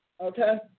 okay